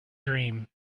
dream